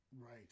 Right